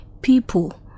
people